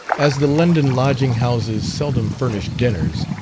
as the london lodging-houses seldom furnish dinners,